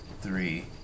three